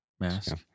mask